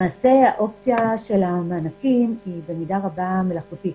למעשה, אופציית המענקים היא, במידה רבה, מלאכותית.